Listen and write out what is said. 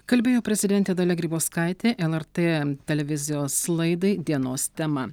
kalbėjo prezidentė dalia grybauskaitė lrt televizijos laidai dienos tema